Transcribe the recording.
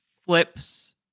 flips